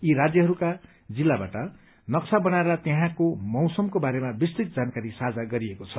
यी राज्यहरूका जिल्लाबाट नकश बनाएर त्यहाँको मौसमको बारेमा विस्तृत जानकारी साझा गरिएको छ